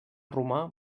romà